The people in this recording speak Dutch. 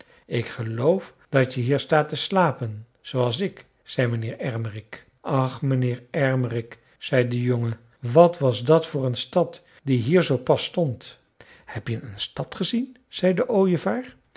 ik geloof dat je hier staat te slapen zooals ik zei mijnheer ermerik ach mijnheer ermerik zei de jongen wat was dat voor een stad die hier zoo pas stond heb je een stad gezien zei de ooievaar